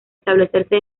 establecerse